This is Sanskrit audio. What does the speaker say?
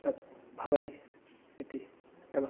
तत् भवति इति एव